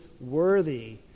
worthy